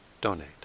donate